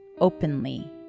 openly